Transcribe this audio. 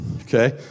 okay